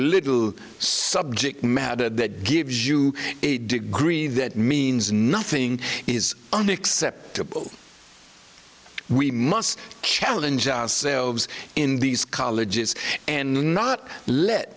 little subject matter that gives you a degree that means nothing is unacceptable we must challenge ourselves in these colleges and not let